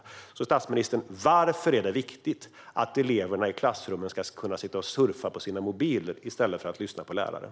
Jag vill fråga statsministern varför det är viktigt att eleverna i klassrummet ska kunna sitta och surfa på sina mobiler i stället för att lyssna på läraren.